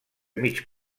mig